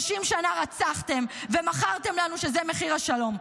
30 שנה רצחתם, ומכרתם לנו שזה מחיר השלום.